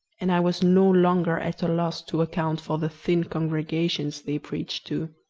and i was no longer at a loss to account for the thin congregations they preached to.